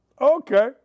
Okay